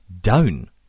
down